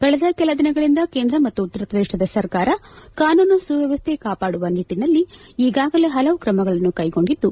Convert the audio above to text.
ಕಳೆದ ಕೆಲ ದಿನಗಳಿಂದ ಕೇಂದ್ರ ಮತ್ತು ಉತ್ತರ ಪ್ರದೇಶದ ಸರ್ಕಾರ ಕಾನೂನು ಸುವ್ವವಸ್ಥೆ ಕಾಪಾಡುವ ನಿಟ್ಟನಲ್ಲಿ ಈಗಾಗಲೇ ಹಲವು ಕ್ರಮಗಳನ್ನು ಕೈಗೊಂಡಿದ್ದು